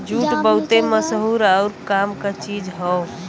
jute बहुते मसहूर आउर काम क चीज हौ